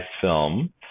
film